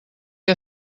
que